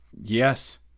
yes